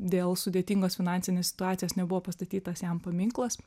dėl sudėtingos finansinės situacijos nebuvo pastatytas jam paminklas